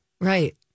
Right